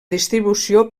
distribució